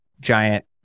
giant